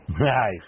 Nice